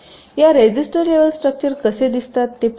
या register level structure कसे दिसतात ते पाहू